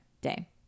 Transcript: day